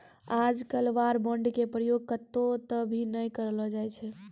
आजकल वार बांड के प्रयोग कत्तौ त भी नय करलो जाय छै